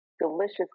delicious